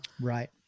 right